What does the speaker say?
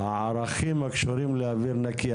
על הערכים הקשורים לאוויר נקי.